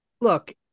look